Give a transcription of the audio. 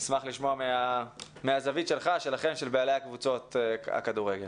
נשמח לשמוע מהזווית של בעלי קבוצות הכדורגל.